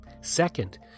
Second